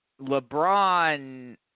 LeBron